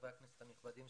חברי הכנסת הנכבדים,